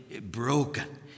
broken